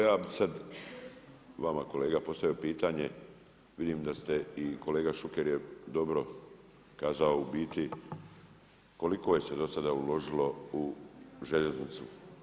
Pa evo ja bi sad vama kolega postavio pitanje, vidim da ste, i kolega Šuker je dobro kazao u biti koliko se dosada uložilo u željeznicu.